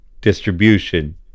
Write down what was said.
distribution